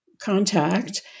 contact